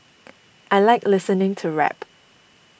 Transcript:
I like listening to rap